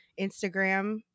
Instagram